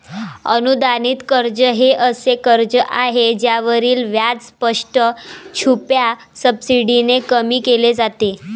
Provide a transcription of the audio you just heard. अनुदानित कर्ज हे असे कर्ज आहे ज्यावरील व्याज स्पष्ट, छुप्या सबसिडीने कमी केले जाते